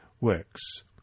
works